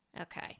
Okay